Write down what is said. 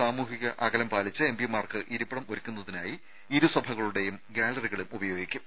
സാമൂഹിക അകലം പാലിച്ച് എംപിമാർക്ക് ഇരിപ്പിടം ഒരുക്കുന്നതിനായി ഇരു സഭകളുടെയും ഗ്യാലറികളും ഉപയോഗിക്കും